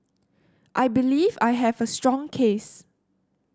I believe I have a strong case